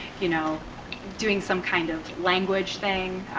you know doing some kind of language thing.